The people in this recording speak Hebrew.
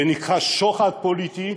זה נקרא שוחד פוליטי,